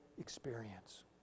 experience